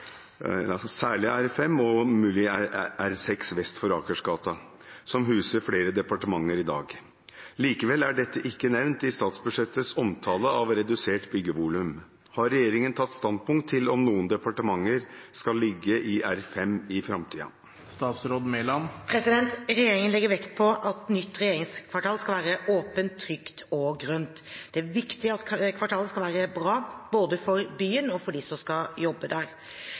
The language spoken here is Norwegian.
og ev. R6 vest for Akersgata, som huser flere departementer i dag. Likevel er dette ikke nevnt i statsbudsjettets omtale av redusert byggevolum. Har regjeringen tatt standpunkt til om noen departementer skal ligge i R5 i framtida?» Regjeringen legger vekt på at nytt regjeringskvartal skal være åpent, trygt og grønt. Det er viktig at kvartalet skal være bra både for byen og for dem som skal jobbe der.